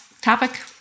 topic